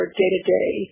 day-to-day